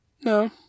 no